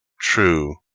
true,